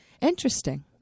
Interesting